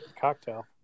cocktail